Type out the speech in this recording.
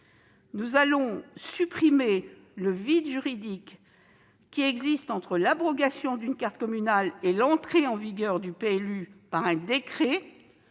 nous allons supprimer le vide juridique qui existe entre l'abrogation d'une carte communale et l'entrée en vigueur du PLU par un décret.